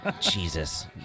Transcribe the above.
Jesus